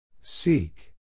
Seek